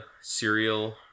cereal